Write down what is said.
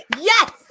Yes